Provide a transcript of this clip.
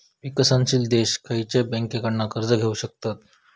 विकसनशील देश खयच्या बँकेंकडना कर्ज घेउ शकतत?